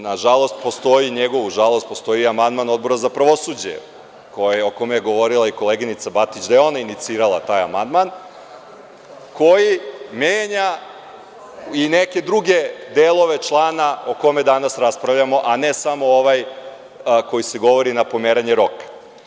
Nažalost, na njegovu žalost, postoji amandman Odbora za pravosuđe o kome je govorila i koleginica Batić da je ona inicirala taj amandman koji menja i neke druge delove člana o kome danas raspravljamo, a ne samo ovaj koji govori o pomeranju roka.